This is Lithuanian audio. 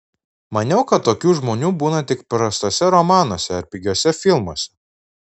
maniau kad tokių žmonių būna tik prastuose romanuose ar pigiuose filmuose